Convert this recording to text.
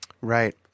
Right